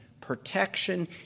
protection